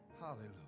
Hallelujah